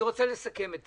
אני רוצה לסכם את